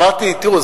אמרתי: תראו,